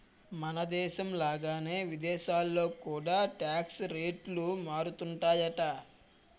మనదేశం లాగానే విదేశాల్లో కూడా టాక్స్ రేట్లు మారుతుంటాయట